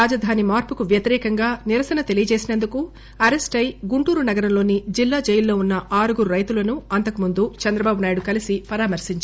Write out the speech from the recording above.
రాజధాని మార్పుకు వ్యతిరేకంగా నిరసన తెలియజేసినందుకు అరెస్టె గుంటూరు నగరంలోని జిల్లా జైలులో ఉన్న ఆరుగురు రైతులను అంతకముందు చంద్రబాబునాయుడు కలిసి పరామర్పించారు